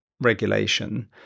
Regulation